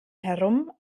herum